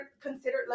considered